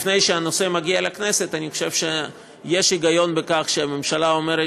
לפני שהנושא מגיע לכנסת אני חושב שיש היגיון בכך שהממשלה אומרת